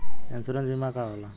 Insurance बीमा का होला?